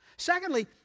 Secondly